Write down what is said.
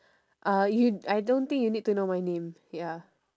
uh you I don't think you need to know my name ya